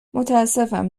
متاسفم